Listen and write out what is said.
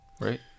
Right